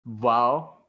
wow